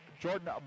Jordan